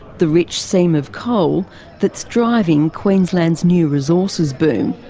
the rich seam of coal that's driving queensland's new resources boom.